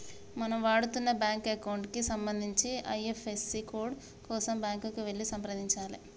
మనం వాడుతున్న bank account కి సంబంధించిన ఐ.ఎఫ్.ఎస్.సి కోడ్ కోసం బ్యాంకుకి వెళ్లి సంప్రదించాలే